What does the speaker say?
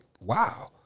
wow